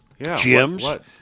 Gyms